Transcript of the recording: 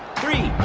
three,